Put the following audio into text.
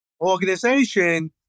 organization